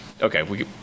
okay